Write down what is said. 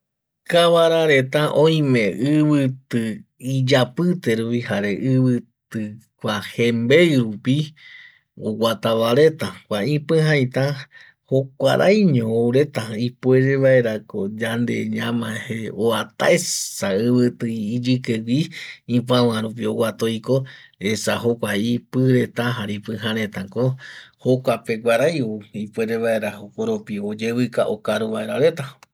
Cabara reta oime ibiti iyapite rupi jare ibiti kua jembeirupi oguatavareta kua ipijaita jokua raeño ou reta ipuere vaera ko yande ñamae je uataesa ibiti iyike gui ipaua rupi oguata oiko esa jokua ipi reta jare ipija reta ko jokua peguarai ou ipuere vaera jokoropi oyebika okaruvaera reta